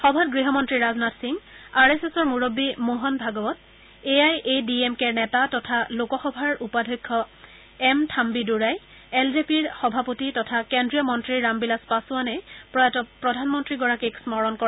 সভাত গৃহমন্ত্ৰী Rajnath Singh R S এছৰ মূৰববী Mohan Bhagwat A I A D M কেৰ নেতা তথা লোকসভাৰ উপাধ্যক্ষ M Thambi Durai L J পিৰ সভাপতি তথা কেন্দ্ৰীয়মন্তী ৰামবিলাস পাছোৱানে প্ৰয়াত প্ৰধানমন্তীগৰাকীক স্মৰণ কৰে